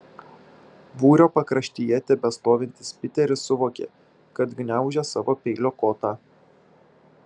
būrio pakraštyje tebestovintis piteris suvokė kad gniaužia savo peilio kotą